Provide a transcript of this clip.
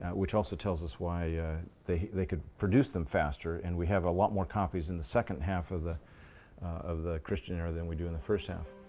which also tells us why they they could produce them faster. and we have a lot more copies in the second half of the of the christian era. than we do in the first half.